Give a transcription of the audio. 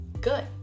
good